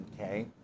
Okay